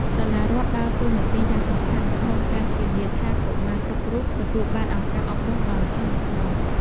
សាលារដ្ឋដើរតួនាទីយ៉ាងសំខាន់ក្នុងការធានាថាកុមារគ្រប់រូបទទួលបានឱកាសអប់រំដោយសមធម៌។